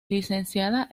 licenciada